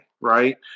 right